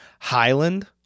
Highland